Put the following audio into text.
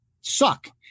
suck